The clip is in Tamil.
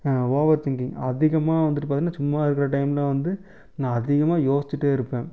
ஓவர்திங்கிங் அதிகமாக வந்துவிட்டு பார்த்தீங்கன்னா சும்மா இருக்கிற டைம்மில் வந்து நான் அதிகமாக யோசிச்சிகிட்டே இருப்பேன்